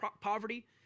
poverty